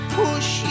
push